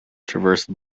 traversed